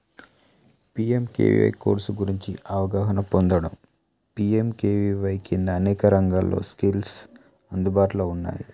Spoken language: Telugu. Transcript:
పిఎంకెవివై కోర్స్ గురించి అవగాహన పొందడం పిఎంకెవివై కింద అనేక రంగాల్లో స్కిల్స్ అందుబాటులో ఉన్నాయి